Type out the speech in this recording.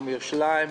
גם בירושלים,